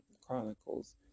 Chronicles